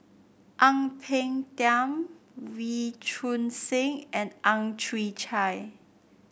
Ang Peng Tiam Wee Choon Seng and Ang Chwee Chai